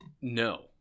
no